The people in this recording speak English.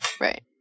right